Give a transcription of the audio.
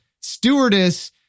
stewardess